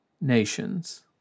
nations